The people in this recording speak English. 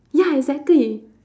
ya exactly